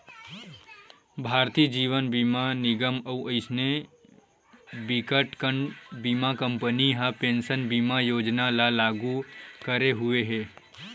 भारतीय जीवन बीमा निगन अउ अइसने बिकटकन बीमा कंपनी ह पेंसन बीमा योजना ल लागू करे हुए हे